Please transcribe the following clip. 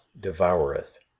devoureth